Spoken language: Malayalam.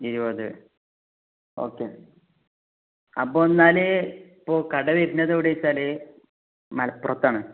ഇരുപത് ഓക്കെ അപ്പോൾ എന്നാൽ ഇപ്പോൾ കട വരുന്നത് എവിടെ എന്ന് വെച്ചാൽ മലപ്പുറത്താണ്